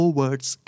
words